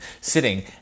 sitting